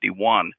51